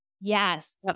Yes